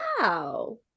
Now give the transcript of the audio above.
Wow